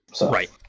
Right